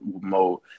mode